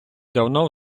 давно